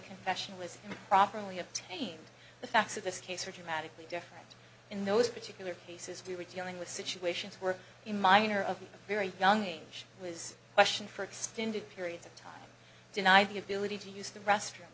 confession was properly obtain the facts of this case are dramatically different in those particular cases we were dealing with situations were in minor of a very young age was question for extended periods of time deny the ability to use the restroom